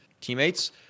teammates